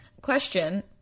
Question